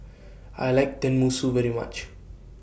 I like Tenmusu very much